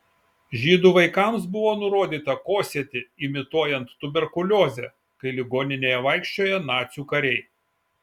žydų vaikams buvo nurodyta kosėti imituojant tuberkuliozę kai ligoninėje vaikščiojo nacių kariai